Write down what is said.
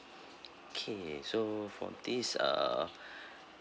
okay so for this err